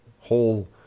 whole